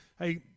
Hey